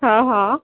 हा हा